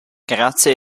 grazie